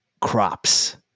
crops